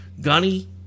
Gunny